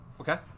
Okay